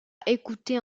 écouter